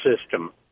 system